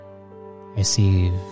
receive